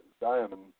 Diamond